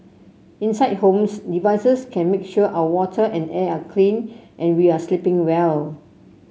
inside homes devices can make sure our water and air are clean and we are sleeping well